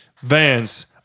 Vans